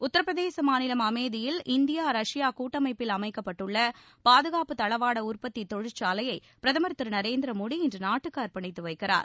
உத்தரப்பிரதேச மாநிலம் அமேதியில் India Russia பாதுகாப்பு தளவாட உற்பத்தி தொழிற்சாலையை பிரதமர் திரு நரேந்திர மோடி இன்று நாட்டுக்கு அர்ப்பணித்து வைக்கிறார்